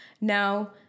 Now